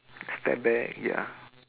step back ya